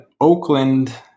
Oakland